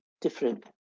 different